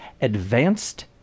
Advanced